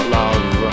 love